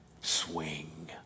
swing